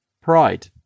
pride